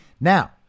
Now